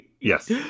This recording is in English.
Yes